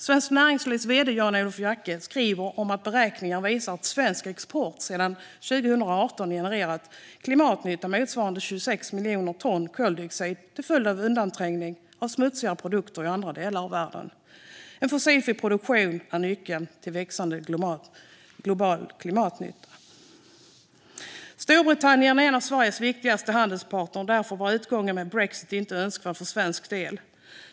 Svenskt Näringslivs vd Jan-Olof Jacke skriver om beräkningar som visar att svensk export sedan 2018 har genererat klimatnytta motsvarande 26 miljoner ton koldioxid, till följd av undanträngning av smutsigare produktion i andra delar av världen. En fossilfri produktion är nyckeln till växande global klimatnytta. Storbritannien är en av Sveriges viktigaste handelspartner, och därför var utgången med brexit inte önskvärd för svensk del.